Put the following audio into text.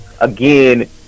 again